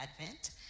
Advent